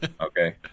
Okay